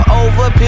over